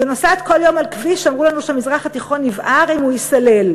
ונוסעת כל יום על כביש שאמרו לנו שהמזרח התיכון יבער אם הוא ייסלל.